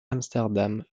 amsterdam